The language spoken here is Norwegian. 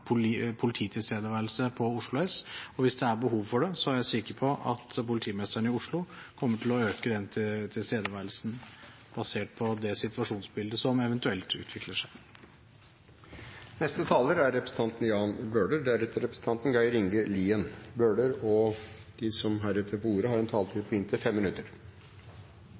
polititilstedeværelse på Oslo S, og hvis det er behov for det, er jeg sikker på at politimesteren i Oslo kommer til å øke den tilstedeværelsen, basert på det situasjonsbildet som eventuelt utvikler seg. Jeg synes det er positivt at representanten